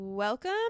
Welcome